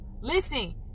Listen